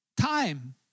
Time